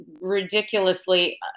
ridiculously